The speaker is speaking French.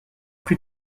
plus